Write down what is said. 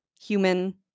human